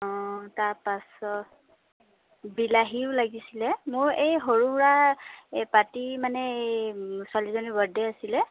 অঁ তাৰপাছত বিলাহীও লাগিছিলে মোৰ এই সৰু সুৰা এই পাৰ্টী মানে এই ছোৱালীজনীৰ বাৰ্থডে' আছিলে